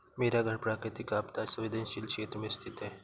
मेरा घर प्राकृतिक आपदा संवेदनशील क्षेत्र में स्थित है